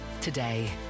today